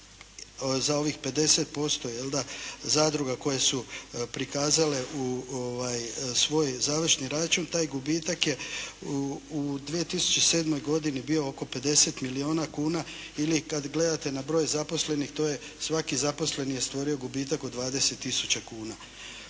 za ovih 50% zadruga koje su prikazale u svoj završni račun taj gubitak je u 2007. godini bio oko 50 milijuna kuna ili kad gledate na broj zaposlenih to je svaki zaposleni je stvorio gubitak od 20 tisuća kuna.